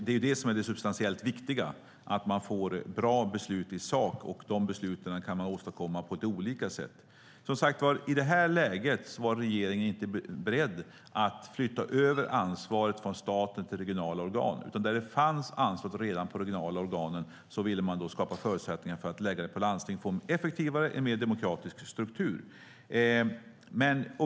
Det är det som är det substantiellt viktiga - att man får bra beslut i sak. De besluten kan man åstadkomma på lite olika sätt. I det här läget var regeringen inte beredd att flytta över ansvaret från staten till regionala organ, utan där ansvaret redan låg hos regionala organ ville man skapa förutsättningar för att lägga det på landstingen för att få en effektivare och mer demokratisk struktur.